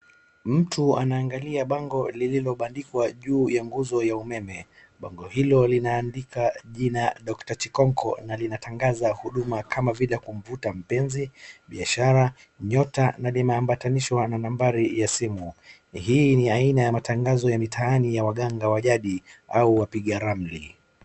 Mtu anaangali bango lililobadikwa juu ya nguzo ya umeme. Bango hilo linaadika jina Doctor Chikonko na linatangaza huduma kama vile kumvuta mpenzi, biashara, nyota na limeambatanishwa na nambari ya simu. Hii ni aiana ya matangazo ya mitaani ya waganga wa jadi au wapiga ramli.